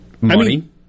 Money